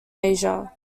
asia